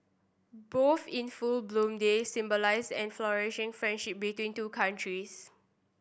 both in full bloom they symbolise and flourishing friendship between two countries